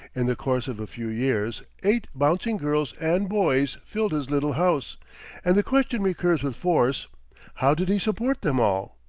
in the course of a few years, eight bouncing girls and boys filled his little house and the question recurs with force how did he support them all?